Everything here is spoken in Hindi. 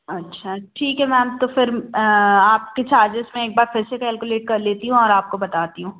अच्छा ठीक है मैम तो फिर आपके चार्जेस मैं एक बार फिर से कैलकुलेट कर लेती हूँ और आपको बताती हूँ